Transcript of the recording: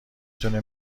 تونه